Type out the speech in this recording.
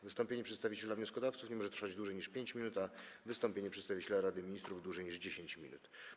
Wystąpienie przedstawiciela wnioskodawców nie może trwać dłużej niż 5 minut, a wystąpienie przedstawiciela Rady Ministrów - dłużej niż 10 minut.